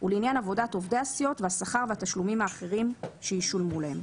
ולעניין עבודת עובדי הסיעות והשכר והתשלומים האחרים שישולמו להם.".